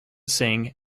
sing